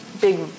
big